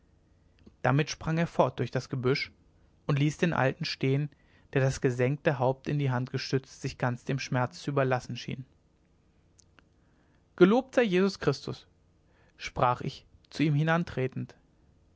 damit sprang er fort durch das gebüsch und ließ den alten stehen der das gesenkte haupt in die hand gestützt sich ganz dem schmerz zu überlassen schien gelobt sei jesus christus sprach ich zu ihm hinantretend